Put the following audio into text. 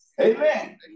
Amen